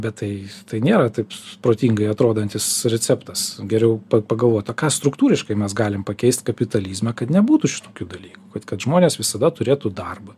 bet tai tai nėra taip protingai atrodantis receptas geriau pagalvot o ką struktūriškai mes galim pakeist kapitalizme kad nebūtų šitokių dalykų kad kad žmonės visada turėtų darbą